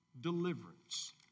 deliverance